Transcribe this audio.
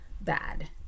bad